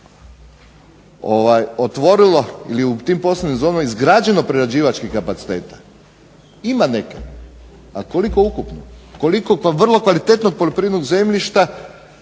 otvorilo ili u tim poslovnim zonama izgrađeno prerađivačkih kapaciteta, ima neke, koliko ukupno, koliko kvalitetnog poljoprivrednog zemljišta